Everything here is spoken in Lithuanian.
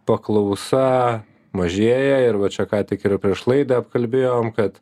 paklausa mažėja ir va čia ką tik ir prieš laidą apkalbėjom kad